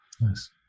Nice